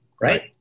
right